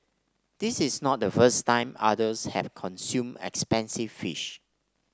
this is not the first time others have consumed expensive fish